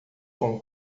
com